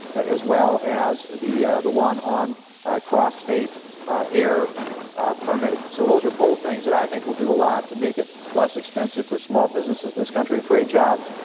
as well as the the one on cross-state air permitting. so those are both things that i think will do a lot to make it less expensive for small businesses in this country to create jobs,